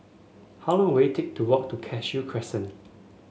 how long will it take to walk to Cashew Crescent